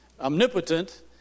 omnipotent